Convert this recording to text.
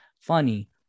funny